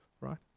right